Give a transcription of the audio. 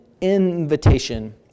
invitation